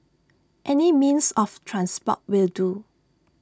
any means of transport will do